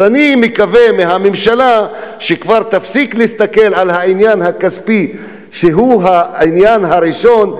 אז אני מקווה מהממשלה שתפסיק כבר להסתכל על העניין הכספי כעניין הראשון,